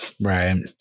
Right